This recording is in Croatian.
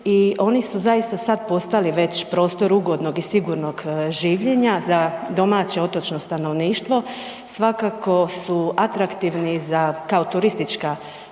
i oni su zaista sad postali već prostor ugodnog i sigurnog življenja za domaće otočno stanovništvo, svakako su atraktivni kao turistička